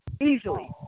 Easily